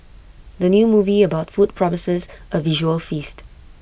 the new movie about food promises A visual feast